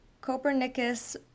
Copernicus